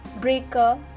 Breaker